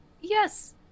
yes